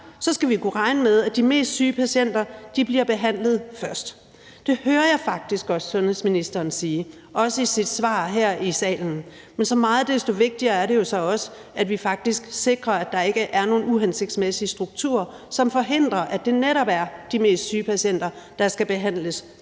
skal vi kunne regne med, at de mest syge patienter bliver behandlet først. Det hører jeg faktisk også sundhedsministeren sige, også i sit svar her i salen. Men så meget desto vigtigere er det jo så også, at vi faktisk sikrer, at der ikke er nogen uhensigtsmæssige strukturer, som forhindrer, at det netop er de mest syge patienter, der skal behandles først,